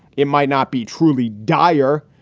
it might not be truly dire.